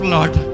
Lord